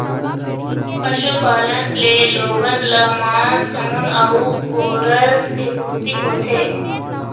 पशुपालन ले लोगन ल मांस, ऊन अउ गोरस के पूरती होथे